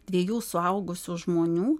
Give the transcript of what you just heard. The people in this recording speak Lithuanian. dviejų suaugusių žmonių